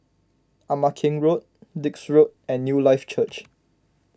Ama Keng Road Dix Road and Newlife Church